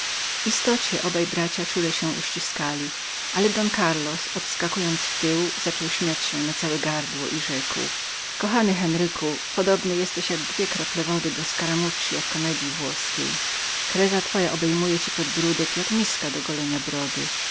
w istocie obaj bracia czule się uściskali ale don karlos odskakując w tył zaczął śmiać się na całe gardło i rzekł kochany henryku podobny jesteś jak dwie krople wody do scaramoucha w komedyi włoskiej kryza twoja obejmuje ci podbródek jak miska dogolenia brody